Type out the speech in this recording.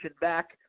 back